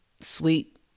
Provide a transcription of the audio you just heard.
sweet